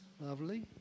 Lovely